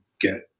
get